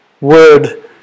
word